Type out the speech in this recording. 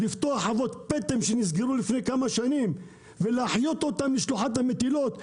לפתוח חוות פטם שנסגרו לפני כמה שנים ולהחיות אותם לשלוחת המטילות.